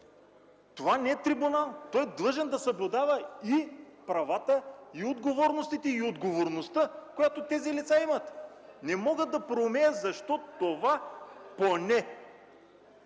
Това не е трибунал, той е длъжен да съблюдава и правата, и отговорностите, и отговорността, която тези лица имат. Не мога да проумея защо поне